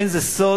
אין זה סוד